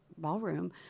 ballroom